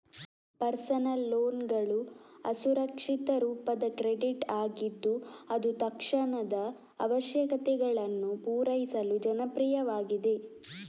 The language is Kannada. ಪರ್ಸನಲ್ ಲೋನ್ಗಳು ಅಸುರಕ್ಷಿತ ರೂಪದ ಕ್ರೆಡಿಟ್ ಆಗಿದ್ದು ಅದು ತಕ್ಷಣದ ಅವಶ್ಯಕತೆಗಳನ್ನು ಪೂರೈಸಲು ಜನಪ್ರಿಯವಾಗಿದೆ